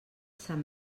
sant